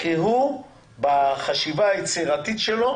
כי הוא בחשיבה היצירתית שלו